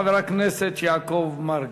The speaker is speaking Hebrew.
חבר הכנסת יעקב מרגי.